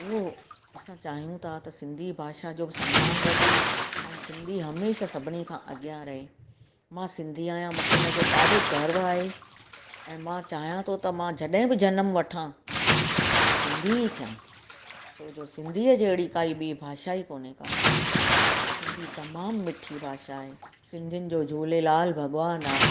उहो असां चाहियूं था त सिंधी भाषा जो बि संमान वधे ऐं सिंधी हमेशह सभिनी खां अॻियां रहे मां सिंधी आहियां मूंखे इन जो ॾाढो गर्व आहे ऐं मां चाहियां थो त मां जॾहिं बि जनमु वठां त सिंधी ई थियां छो जो सिंधीअ जहिड़ी काई ॿीं भाषा ई कोन्हे का सिंधी तमामु मिठी भाषा आहे सिंधियुनि जो झूलेलाल भॻवान आहे